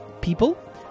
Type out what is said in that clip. people